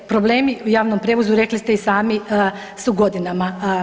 Problemi u javnom prijevozu rekli ste i sami su godinama.